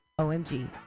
omg